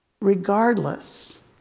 regardless